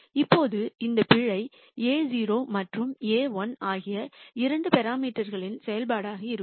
இப்போது இந்த பிழை a₀ மற்றும் a₁ ஆகிய இரண்டு பராமீட்டர்க்களின் செயல்பாடாக இருக்கும்